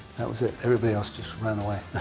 that was it. everybody else just ran away.